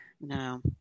No